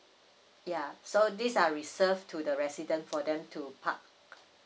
ya so these are reserved to the resident for them to park